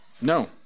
no